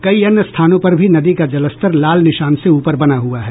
कई अन्य स्थानों पर भी नदी का जलस्तर लाल निशान से ऊपर बना हुआ है